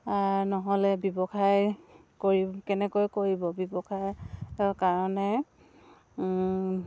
নহ'লে ব্যৱসায় কৰি কেনেকৈ কৰিব ব্যৱসায়ৰ কাৰণে